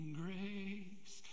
grace